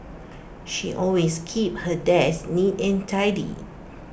she always keeps her desk neat and tidy